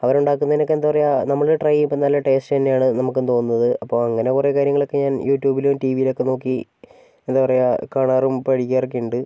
അവർ ഉണ്ടാക്കുന്നതിനൊക്കെ എന്താണ് പറയുക നമ്മൾ ട്രൈ ചെയ്യുമ്പം നല്ല ടേസ്റ്റ് തന്നെയാണ് നമുക്കും തോന്നുന്നത് അപ്പോൾ അങ്ങനെ കുറേ കാര്യങ്ങളൊക്കെ ഞാൻ യൂട്യുബിലും ടി വിയിലുമൊക്കെ നോക്കി എന്താണ് പറയുക കാണാറും പഠിക്കാറും ഒക്കെയുണ്ട്